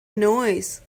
noise